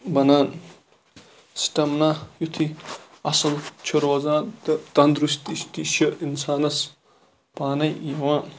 بَنان سٹیمنا یُتھُے اصل چھُ روزان تہٕ تَندرُستی چھِ تہِ چھِ اِنسانَس پانے یِوان